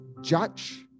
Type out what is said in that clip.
judge